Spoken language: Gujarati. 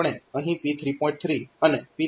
3 અને P3